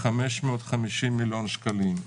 550 מיליון שקלים.